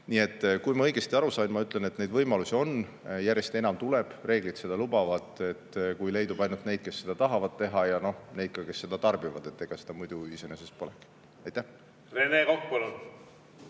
ka. Nii et kui ma õigesti aru sain, siis ma ütlen, et neid võimalusi on ja järjest enam tuleb, reeglid seda lubavad, kui leidub ainult neid, kes seda teha tahavad, ja neid ka, kes seda tarbivad, ega seda muidu iseenesest polegi.